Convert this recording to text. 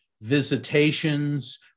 visitations